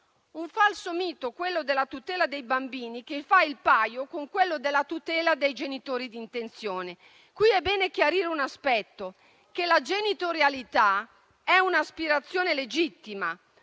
un falso mito, quello della tutela dei bambini, che fa il paio con quello della tutela dei genitori di intenzione. Qui è bene chiarire un aspetto: la genitorialità è un'aspirazione legittima,